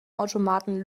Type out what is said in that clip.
automaten